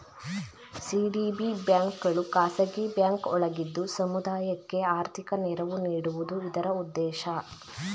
CDB ಬ್ಯಾಂಕ್ಗಳು ಖಾಸಗಿ bank ಒಳಗಿದ್ದು ಸಮುದಾಯಕ್ಕೆ ಆರ್ಥಿಕ ನೆರವು ನೀಡುವುದು ಇದರ ಉದ್ದೇಶ